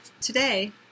today